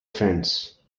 fence